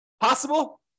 Possible